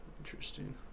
Interesting